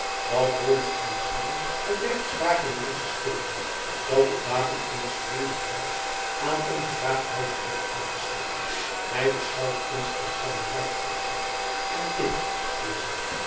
dat hollandsche ambtslieden het recht spraken in onze steden dat het wapen eens vreemden graafs aan onze raadhuizen werd aangeslagen hij beschouwt ons als zijne lijfeigenen en dit friezen